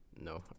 No